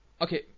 Okay